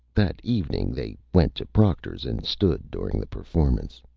that evening they went to proctor's, and stood during the performance.